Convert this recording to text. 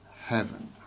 heaven